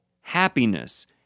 happiness